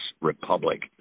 republic